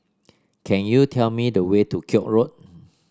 can you tell me the way to Koek Road